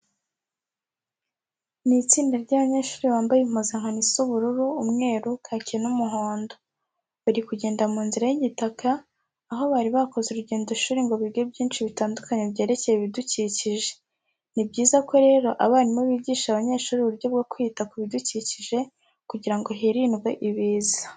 Ni itsinda ry'abanyeshuri bambaye impuzankano isa ubururu, umweru, kake n'umuhondo. Bari kugenda mu nzira y'igitaka aho bari bakoze urugendoshuri ngo bige byinshi bitandukanye byerekeye ibidukikije. Ni byiza ko rero abarimu bigisha abanyeshuri uburyo bwo kwita ku bidukikije kugira ngo hirindwe ibiza.